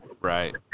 Right